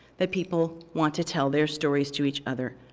that people want to tell their stories to each other,